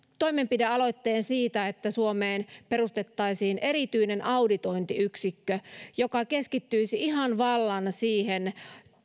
toimenpidealoitteen siitä että suomeen perustettaisiin erityinen auditointiyksikkö joka keskittyisi ihan vallan siihen